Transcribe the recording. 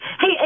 Hey